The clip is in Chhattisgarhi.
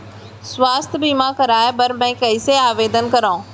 स्वास्थ्य बीमा करवाय बर मैं कइसे आवेदन करव?